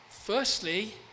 Firstly